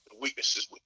weaknesses